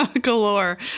galore